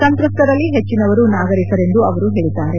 ಸಂತ್ರಸ್ತರಲ್ಲಿ ಹೆಚ್ಚನವರು ನಾಗರಿಕರೆಂದು ಅವರು ಹೇಳಿದ್ದಾರೆ